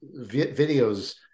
videos